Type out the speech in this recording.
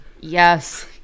yes